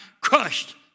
crushed